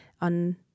on